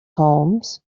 homes